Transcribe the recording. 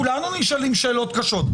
כולנו נשאלים שאלות קשות,